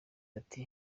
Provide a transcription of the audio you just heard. ati